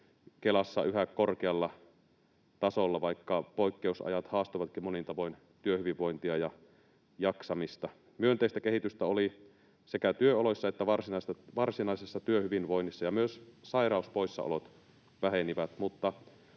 Kelassa yhä korkealla tasolla, vaikka poikkeusajat haastoivatkin monin tavoin työhyvinvointia ja jaksamista. Myönteistä kehitystä oli sekä työoloissa että varsinaisessa työhyvinvoinnissa, ja myös sairauspoissaolot vähenivät.